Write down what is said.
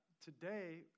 Today